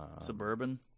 suburban